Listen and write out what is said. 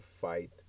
fight